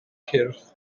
cyrff